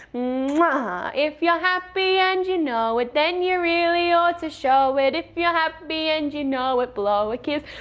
but if you're happy and you know it then you really ought to show it. if you're happy and you know it blow a kiss.